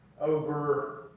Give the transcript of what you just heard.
over